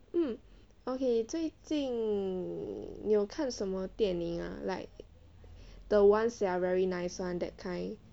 mm okay 最近你有看什么电影 ah like the ones that are very nice [one] that kind